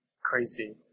crazy